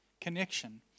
connection